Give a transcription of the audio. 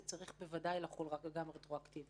זה צריך בוודאי לחול גם רטרואקטיבית.